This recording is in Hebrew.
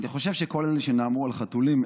אני חושב שכל אלה שנאמו על חתולים,